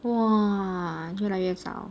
!wah! 越来越少